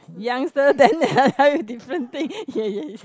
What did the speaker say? youngster then different thing ya ya ya